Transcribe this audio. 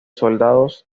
soldados